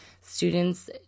students